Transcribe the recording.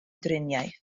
driniaeth